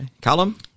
Callum